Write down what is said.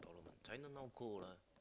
China now cold lah